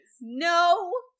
no